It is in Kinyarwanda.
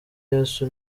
yesu